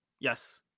Yes